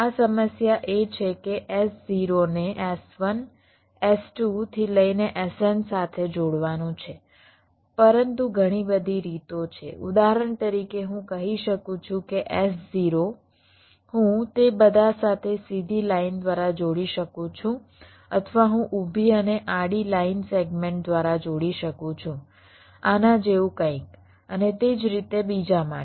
આ સમસ્યા એ છે કે S0 ને S1 S2 થી લઇને Sn સાથે જોડવાનું છે પરંતુ ઘણી બધી રીતો છે ઉદાહરણ તરીકે હું કહી શકું છું કે S0 હું તે બધા સાથે સીધી લાઈન દ્વારા જોડી શકું છું અથવા હું ઊભી અને આડી લાઈન સેગમેન્ટ દ્વારા જોડી શકું છું આના જેવું કંઈક અને તે જ રીતે બીજા માટે